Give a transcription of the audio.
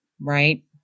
right